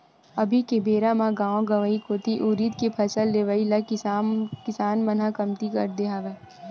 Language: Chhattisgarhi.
अभी के बेरा म गाँव गंवई कोती उरिद के फसल लेवई ल किसान मन ह कमती कर दे हवय